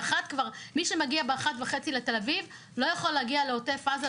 מי שמגיע ב-13:30 לתל אביב כבר לא יכול להגיע לעוטף עזה,